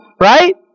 right